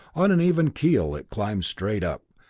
on an even keel it climbed straight up,